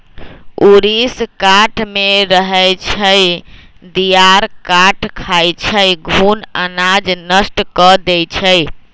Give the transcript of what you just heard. ऊरीस काठमे रहै छइ, दियार काठ खाई छइ, घुन अनाज नष्ट कऽ देइ छइ